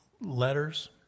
letters